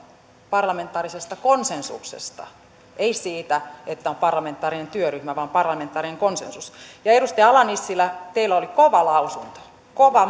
parlamentaarisesta konsensuksesta ei siitä että on parlamentaarinen työryhmä vaan parlamentaarinen konsensus ja edustaja ala nissilä teillä oli kova lausunto kova